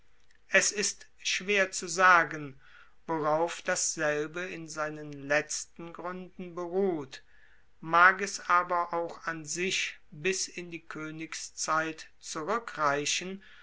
es ist schwer zu sagen worauf dasselbe in seinen letzten gruenden beruht mag es aber auch an sich bis in die koenigszeit zurueckreichen